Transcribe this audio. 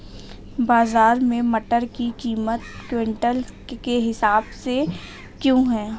बाजार में मटर की कीमत क्विंटल के हिसाब से क्यो है?